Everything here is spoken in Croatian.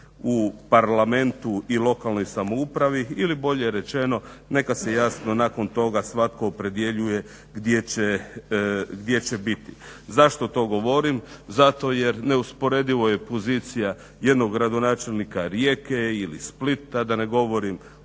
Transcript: u Parlamentu i lokalnoj samoupravi ili bolje rečeno neka se jasno nakon toga svatko opredjeljuje gdje će biti. Zašto to govorim? Zato jer neusporedivo je pozicija jednog gradonačelnika Rijeke ili Splita da ne govorim